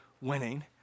winning